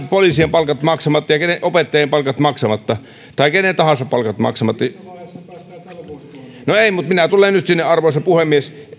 poliisien palkat maksamatta ja opettajien palkat maksamatta tai kenen tahansa palkat maksamatta minä tulen nyt sinne arvoisa puhemies